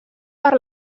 per